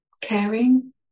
caring